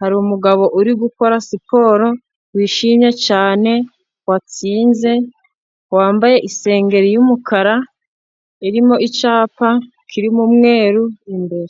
hari umugabo uri gukora siporo, wishimye cyane, watsinze, wambaye isengeri y'umukara, irimo icyapa kiririmo umweru imbere.